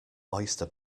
oyster